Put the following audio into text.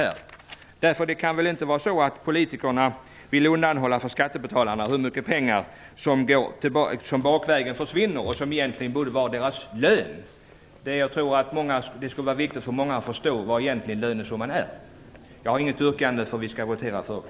Politikerna vill väl inte undanhålla för skattebetalarna hur mycket pengar som försvinner bakvägen och som egentligen borde vara deras lön? Jag tror att det är viktigt för många att förstå vilken lönesumman egentligen är. Jag har inget yrkande, för vi skall votera före kl.